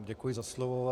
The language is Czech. Děkuji za slovo.